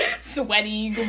Sweaty